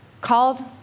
called